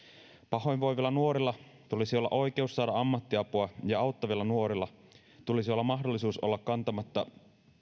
pahoinvoivilla nuorilla tulisi olla oikeus saada ammattiapua ja auttavilla nuorilla tulisi olla mahdollisuus olla kantamatta